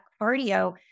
cardio